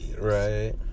Right